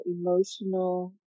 emotional